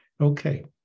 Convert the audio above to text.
Okay